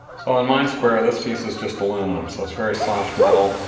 so on my square this piece is just aluminum so it's very soft metal.